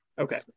Okay